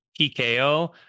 PKO